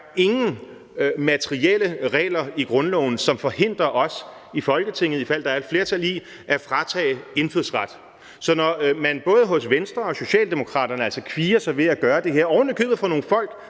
ingen materielle regler i grundloven, som forhindrer os i Folketinget, ifald der er et flertal, i at fratage indfødsret. Så når man både hos Venstre og hos Socialdemokraterne altså kvier sig ved at gøre det her, ovenikøbet over for nogle folk,